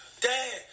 Dad